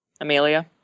amelia